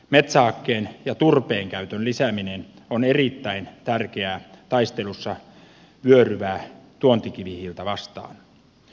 metsähakkeen ja turpeen käytön lisääminen on erittäin tärkeää taistelussa vyöryvää tuontikivihiiltä vastaan